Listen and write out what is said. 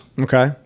Okay